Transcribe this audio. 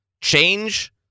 change